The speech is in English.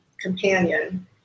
companion